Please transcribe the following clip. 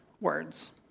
words